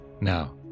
Now